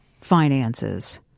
finances